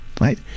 right